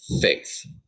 faith